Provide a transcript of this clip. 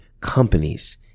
companies